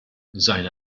seine